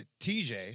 TJ